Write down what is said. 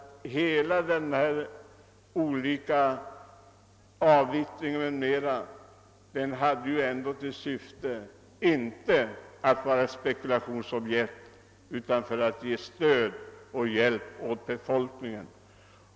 Hela denna affär med avyttringar m.m. hade väl ändå till syfte, inte att stå till tjänst med spekulationsobjekt utan att ge stöd och hjälp åt befolkningen.